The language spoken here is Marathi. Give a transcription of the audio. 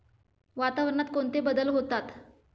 वातावरणात कोणते बदल होतात?